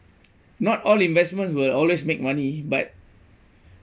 not all investment will always make money but